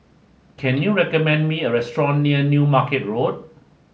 can you recommend me a restaurant near New Market Road